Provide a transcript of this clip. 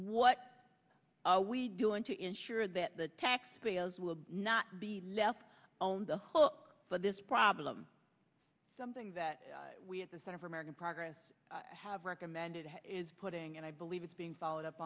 what are we doing to ensure that the taxpayers will not be left on the hook for this problem something that we at the center for american progress have recommended is putting and i believe it's being followed up